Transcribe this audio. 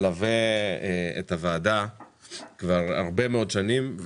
מלווה את הוועדה כבר הרבה מאוד שנים.